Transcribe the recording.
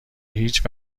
هیچ